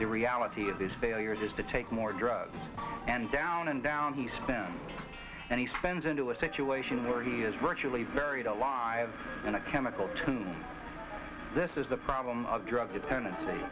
the reality of his failures is to take more drugs and down and down he spends and he spends into a situation where he is virtually buried alive in a chemical tune this is the problem of drug dependency